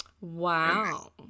Wow